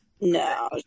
No